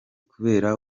kubera